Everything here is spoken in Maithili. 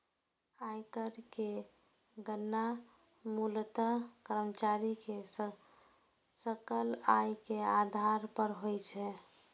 आयकर के गणना मूलतः कर्मचारी के सकल आय के आधार पर होइ छै